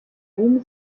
rum